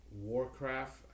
Warcraft